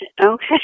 Okay